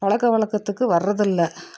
பழக்க வழக்கத்துக்கு வர்றது இல்லை